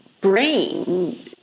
brain